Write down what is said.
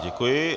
Děkuji.